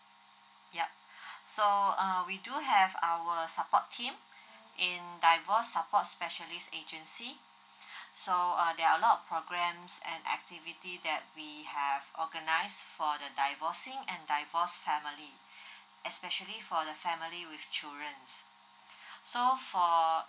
yup so uh we do have our support team in divorce support specialist agency so uh there are a lot of programmes and activity that we have organise for the divorcing and divorced family especially for the family with children so for